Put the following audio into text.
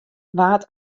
waard